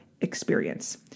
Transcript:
experience